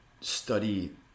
study